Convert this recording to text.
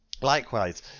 likewise